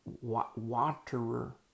Waterer